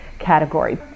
category